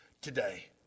today